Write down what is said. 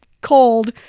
cold